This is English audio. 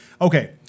okay